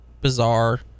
bizarre